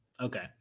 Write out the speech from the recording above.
Okay